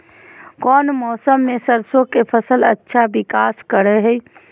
कौन मौसम मैं सरसों के फसल अच्छा विकास करो हय?